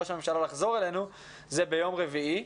מן הממשלה לחזור אלינו זה יום רביעי,